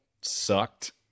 sucked